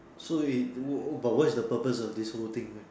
so you do oh but what is the purpose of this whole thing leh